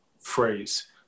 phrase